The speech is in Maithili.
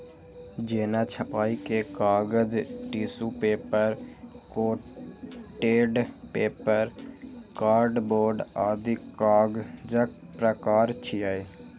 जेना छपाइ के कागज, tissue paper, coated paper, cardboard आदि कागजक प्रकार छियै